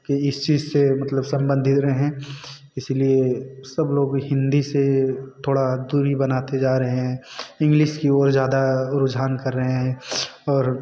की इस चीज़ से मतलब सम्बंधित रहें इसीलिए सब लोग हिंदी से थोड़ा दूरी बनाते जा रहे हैं इंग्लिस कि ओर ज़्यादा रुझान कर रहे हैं और